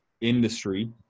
industry